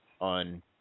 on –